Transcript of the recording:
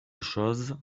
chose